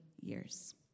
years